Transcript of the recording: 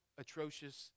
atrocious